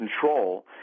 control